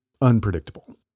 unpredictable